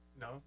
No